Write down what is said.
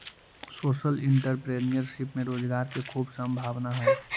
social entrepreneurship में रोजगार के खूब संभावना हई